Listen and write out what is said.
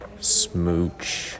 smooch